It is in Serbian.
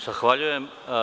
Zahvaljujem.